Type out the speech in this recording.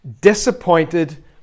Disappointed